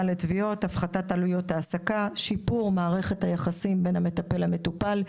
לתביעות; הפחתת עלויות ההעסקה; שיפור מערכת היחסים בין המטפל לבין המטופל,